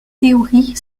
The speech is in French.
théorie